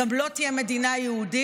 גם לא תהיה מדינה יהודית,